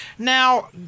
Now